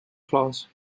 glans